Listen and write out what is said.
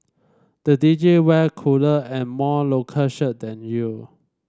the D J wear cooler and more local shirt than you